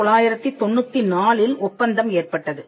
1994இல் ஒப்பந்தம் ஏற்பட்டது